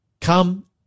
come